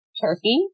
turkey